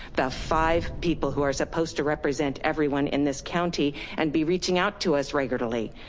the five people who are supposed to represent everyone in this county and be reaching out to us regularly.